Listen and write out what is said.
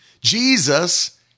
Jesus